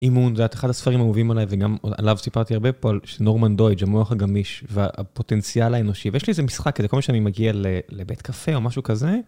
אימון, את יודעת, אחד הספרים האהובים עלי, וגם עליו סיפרתי הרבה פה, על נורמן דוידג', המוח הגמיש והפוטנציאל האנושי. ויש לי איזה משחק כזה, כל פעם שאני מגיע לבית קפה או משהו כזה.